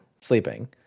sleeping